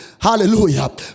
Hallelujah